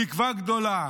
תקווה גדולה,